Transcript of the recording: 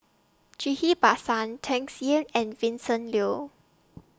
Ghillie BaSan Tsung Yeh and Vincent Leow